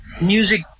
music